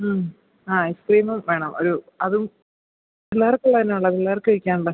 മ് ആ ഐസ്ക്രീമും വേണം ഒരു അതും പിള്ളേര്ക്കുള്ളത് എന്താണ് ഉള്ളത് പിള്ളേർക്ക് കഴിക്കാനുള്ളത്